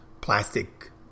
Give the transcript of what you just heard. plastic